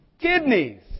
kidneys